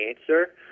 answer